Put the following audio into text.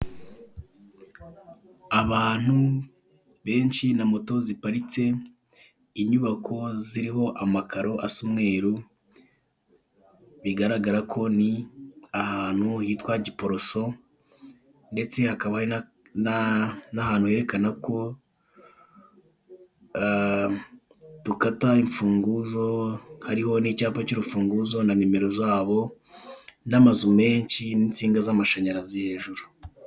Abantu benshi na moto ziparitse, inyubako ziriho amakaro asa umweru, bigaragara ko ni ahantu hitwa giporoso ndetse hakaba n'ahantu herekana ko dukata imfunguzo hariho n'icyapa cy'urufunguzo na nimero zabo n'amazu menshi n'insinga z'amashanyarazi hejuru.